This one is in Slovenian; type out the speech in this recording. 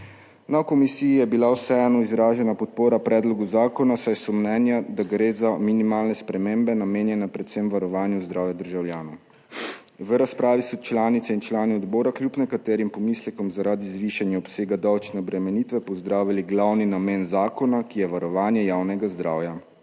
Na komisiji je bila vseeno izražena podpora predlogu zakona, saj so mnenja, da gre za minimalne spremembe, namenjene predvsem varovanju zdravja državljanov. V razpravi so članice in člani odbora kljub nekaterim pomislekom zaradi zvišanja obsega davčne obremenitve pozdravili glavni namen zakona, ki je varovanje javnega zdravja.